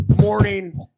morning